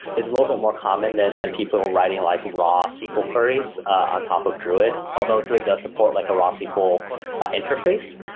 it's a little bit more common than than people writing like raw sql queries on top of druid, although druid does support like a raw sql interface.